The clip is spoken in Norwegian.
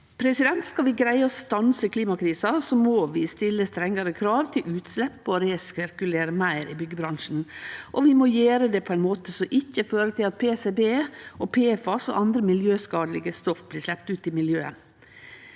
til bygg. Skal vi greie å stanse klimakrisa, må vi stille strengare krav til utslepp og resirkulere meir i byggjebransjen. Og vi må gjere det på ein måte som ikkje fører til at PCB og PFAS og andre miljøskadelege stoff blir sleppte ut i miljøet.